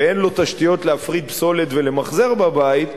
ואין לו תשתיות להפריד פסולת ולמחזר בבית,